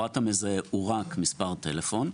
הפרט המזהה הוא רק מספר הטלפון.